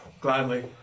gladly